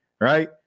right